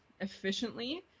efficiently